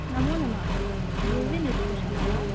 नमो नमः रुवीनृत्यशाला वा